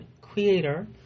creator